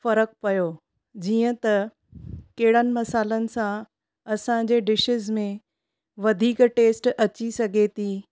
फर्क़ु पियो जीअं त कहिड़नि मसालनि सां असांजे डिशीज़ में वधीक टेस्ट अचे सघे थी